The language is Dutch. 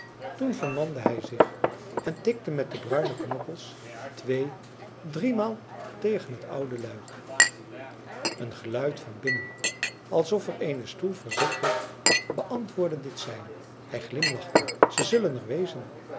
toen vermande hij zich en tikte met de bruine knokkels twee driemaal tegen het oude luik een geluid van binnen alsof er eene stoel verzet werd beantwoordde dit sein hij glimlachte ze zullen er wezen